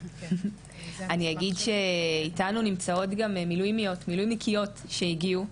אני אגיד שאיתנו נמצאות גם מילואימניקיות שהגיעו,